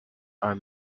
are